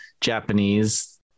Japanese